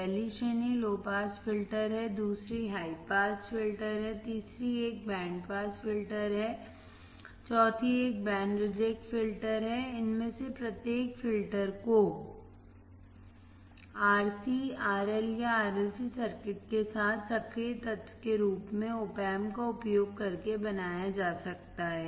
पहली श्रेणी low pass filter है दूसरी हाई पास फिल्टर है तीसरी एक बैंड पास फिल्टर है चौथी एक बैंड रिजेक्ट फिल्टर है इनमें से प्रत्येक फ़िल्टर को RC RL या RLC सर्किट के साथ सक्रिय तत्व के रूप में opamp का उपयोग करके बनाया जा सकता है